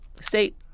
state